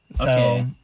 Okay